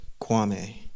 Kwame